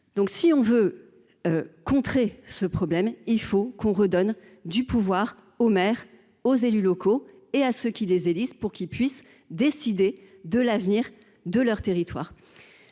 ... Si l'on veut contrer ce problème, il faut redonner du pouvoir aux maires, aux élus locaux et à ceux qui les élisent, qui doivent pouvoir décider de l'avenir de leur territoire.